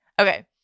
Okay